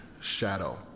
shadow